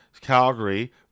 Calgary